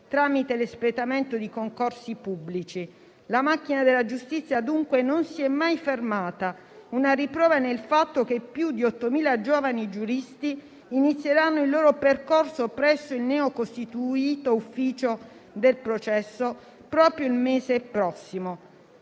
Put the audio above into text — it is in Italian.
tramite l'espletamento di concorsi pubblici. La macchina della giustizia dunque non si è mai fermata; una riprova è nel fatto che più di 8.000 giovani giuristi inizieranno il loro percorso presso il neocostituito ufficio del processo proprio il mese prossimo.